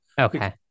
Okay